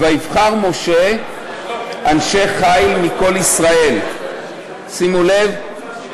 "ויבחר משה אנשי חיל מכל ישראל" שימו לב,